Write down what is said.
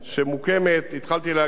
התחלתי להגיד, אדוני היושב-ראש,